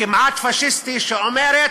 הכמעט-פאשיסטי, שאומרת,